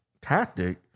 tactic